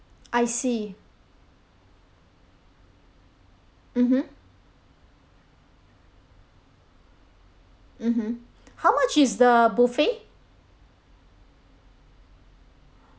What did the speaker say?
I see mmhmm mmhmm how much is the buffet